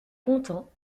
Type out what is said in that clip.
content